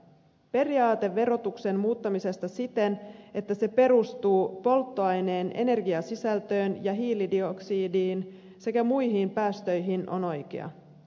periaate verotuksen muuttamisesta siten että se perustuu polttoaineen energiasisältöön ja hiilidioksidiin sekä muihin päästöihin on oikea